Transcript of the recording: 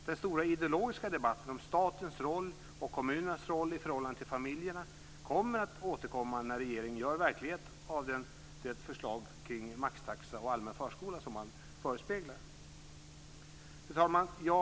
Den stora ideologiska debatten om statens roll och kommunernas roll i förhållande till familjerna kommer att återkomma när regeringen gör verklighet av det förslag till maxtaxa och allmän förskola som man förespeglar.